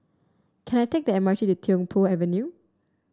can I take the M R T to Tiong Poh Avenue